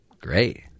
Great